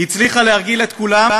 היא הצליחה להרגיל את כולם,